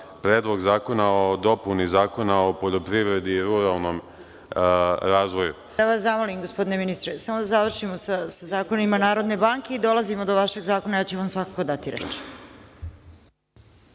Predlog zakona o dopuni Zakona o poljoprivredi i ruralnom razvoju… **Snežana Paunović** Da vas zamolim, gospodine ministre, samo da završim sa zakonima Narodne banke i dolazimo do vašeg zakona i ja ću vam svakako dati